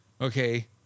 Okay